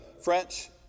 French